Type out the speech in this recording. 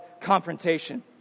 confrontation